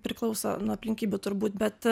priklauso nuo aplinkybių turbūt bet